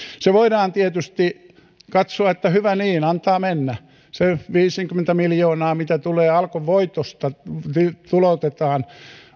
se voidaan tietysti katsoa että hyvä niin antaa mennä se viisikymmentä miljoonaa mitä tulee alkon voitosta ja tuloutetaan